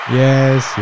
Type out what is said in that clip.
yes